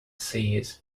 seas